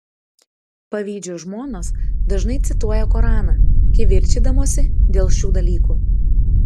pavydžios žmonos dažnai cituoja koraną kivirčydamosi dėl šių dalykų